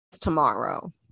tomorrow